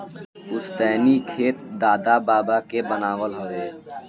पुस्तैनी खेत दादा बाबा के बनावल हवे